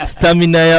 Stamina